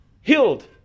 healed